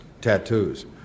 tattoos